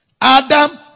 Adam